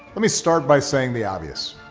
let me start by saying the obvious.